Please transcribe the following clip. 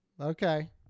Okay